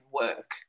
work